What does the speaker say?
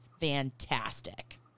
fantastic